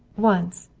once,